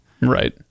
Right